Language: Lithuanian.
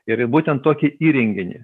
ir būtent tokį įrenginį